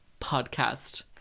Podcast